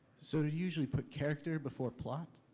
sort of usually put character before plot?